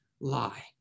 lie